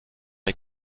est